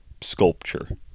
sculpture